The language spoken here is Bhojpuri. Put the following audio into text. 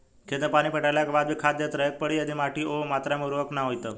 खेत मे पानी पटैला के बाद भी खाद देते रहे के पड़ी यदि माटी ओ मात्रा मे उर्वरक ना होई तब?